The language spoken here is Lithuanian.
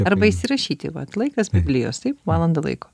arba įsirašyti vat laikas biblijos taip valanda laiko